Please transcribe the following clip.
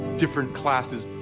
different classes,